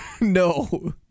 No